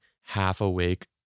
half-awake